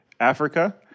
Africa